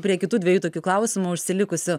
prie kitų dviejų tokių klausimų užsilikusių